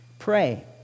Pray